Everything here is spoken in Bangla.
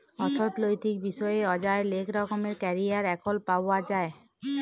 অথ্থলৈতিক বিষয়ে অযায় লেক রকমের ক্যারিয়ার এখল পাউয়া যায়